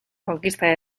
conquista